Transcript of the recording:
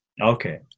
Okay